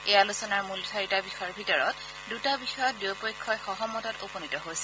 এই আলোচনাৰ মূল চাৰিটা বিষয়ৰ ভিতৰত দূটা বিষয়ত দুয়োপক্ষই সহমতত উপনীত হৈছিল